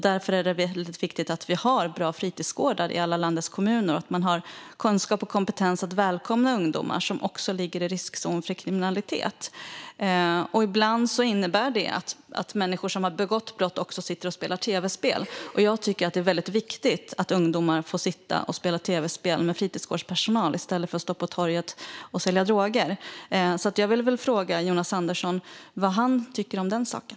Därför är det väldigt viktigt att vi har bra fritidsgårdar i alla landets kommuner. De ska ha kunskap och kompetens att välkomna också ungdomar som ligger i riskzon för kriminalitet. Ibland innebär det att människor som har begått brott också sitter och spelar tv-spel. Jag tycker att det är väldigt viktigt att ungdomar får sitta och spela tv-spel med fritidsgårdspersonal i stället för att stå på torget och sälja droger. Jag vill fråga Jonas Andersson vad han tycker om den saken.